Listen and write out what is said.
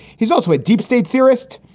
he's also a deep state theorist,